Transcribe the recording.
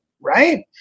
right